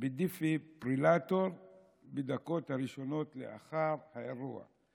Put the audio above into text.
בדפיברילטור בדקות הראשונות לאחר האירוע.